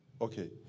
Okay